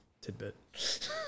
tidbit